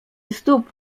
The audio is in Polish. stóp